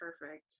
perfect